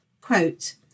Quote